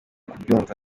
kubyumva